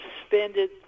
suspended